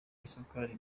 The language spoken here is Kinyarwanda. isukari